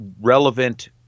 relevant